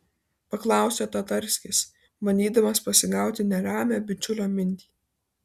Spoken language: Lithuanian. paklausė tatarskis bandydamas pasigauti neramią bičiulio mintį